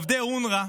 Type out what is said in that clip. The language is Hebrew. עובדי אונר"א